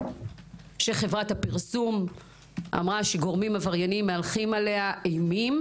שחברת הפרסום אמרה שגורמים עברייניים מהלכים עליה אימים